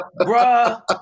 Bruh